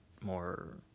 more